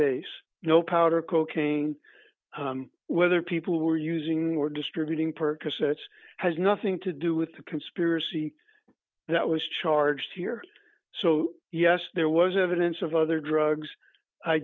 base no powder cocaine whether people were using were distributing percocet has nothing to do with the conspiracy that was charged here so yes there was evidence of other drugs i